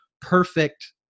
perfect